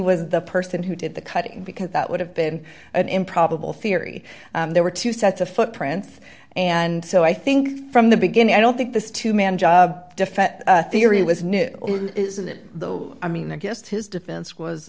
was the person who did the cutting because that would have been an improbable theory there were two sets of footprints and so i think from the beginning i don't think this to man defense theory was new isn't it i mean the guest his defense was